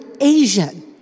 Asian